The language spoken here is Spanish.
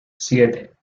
siete